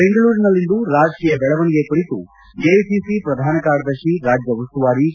ಬೆಂಗಳೂರಿನಲ್ಲಿಂದು ರಾಜಕೀಯ ಬೆಳವಣಿಗೆ ಕುರಿತು ಎಐಸಿಸಿ ಪ್ರಧಾನ ಕಾರ್ಯದರ್ಶಿ ರಾಜ್ಯ ಉಸ್ತುವಾರಿ ಕೆ